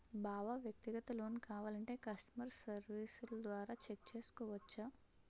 బావా వ్యక్తిగత లోన్ కావాలంటే కష్టమర్ సెర్వీస్ల ద్వారా చెక్ చేసుకోవచ్చు